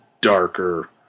darker